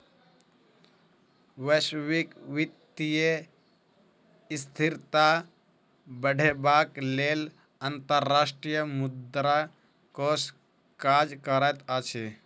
वैश्विक वित्तीय स्थिरता बढ़ेबाक लेल अंतर्राष्ट्रीय मुद्रा कोष काज करैत अछि